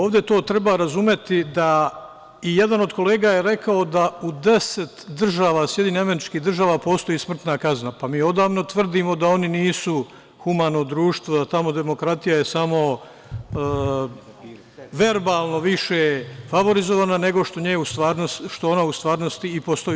Ovde to treba razumeti, i jedan od kolega je rekao da u 10 država SAD postoji smrtna kazna, pa mi odavno tvrdimo da oni nisu humano društvo, da tamo demokratija je samo verbalno više favorizovana, nego što ona u stvarnosti i postoji.